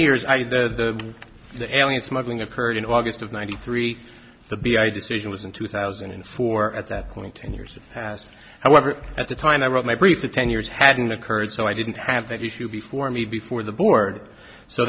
years i did the the alien smuggling occurred in august of ninety three the b i decision was in two thousand and four at that point ten years passed however at the time i wrote my brief the ten years hadn't occurred so i didn't have that issue before me before the board so